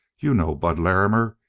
you know bud larrimer.